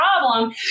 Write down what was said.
problem